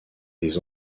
des